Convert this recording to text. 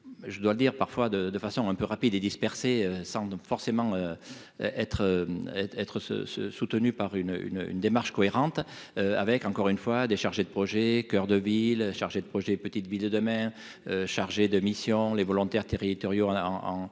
je dois le dire, parfois de façon un peu rapide et dispersé sans forcément être être ce ce soutenue par une une une démarche cohérente avec encore une fois des chargés de projet Coeur de ville, chargée de projet petite de mer, chargé de mission, les volontaires territoriaux en en